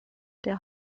der